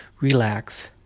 relax